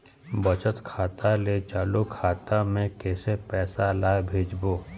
बचत खाता ले चालू खाता मे कैसे पैसा ला भेजबो?